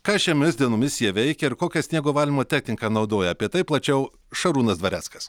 ką šiomis dienomis jie veikia ir kokią sniego valymo techniką naudoja apie tai plačiau šarūnas dvareckas